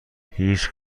هیچ